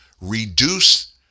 reduce